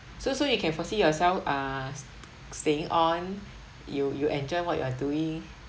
so so you can foresee yourself ah s~ staying on you you enjoy what you're doing